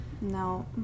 No